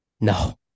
No